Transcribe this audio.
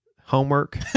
homework